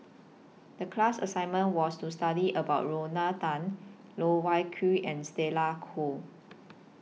The class assignment was to study about Lorna Tan Loh Wai Kiew and Stella Kon